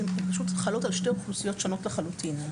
הן פשוט חלות על שתי אוכלוסיות שונות לחלוטין.